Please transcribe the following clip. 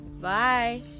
bye